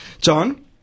John